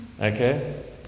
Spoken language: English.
okay